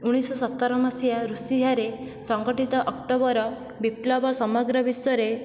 ଉଣାଇଶଶହ ସତର ମସିହା ରୁଷିଆରେ ସଂଗଠିତ ଅକ୍ଟୋବର ବିପ୍ଲବ ସମଗ୍ର ବିଶ୍ଵରେ